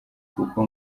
kuko